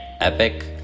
epic